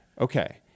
Okay